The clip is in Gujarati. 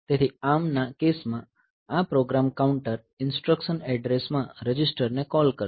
તેથી ARMના કેસમાં આ પ્રોગ્રામ કાઉન્ટર ઈન્સ્ટ્રકશન એડ્રેસમાં રજિસ્ટરને કૉલ કરશે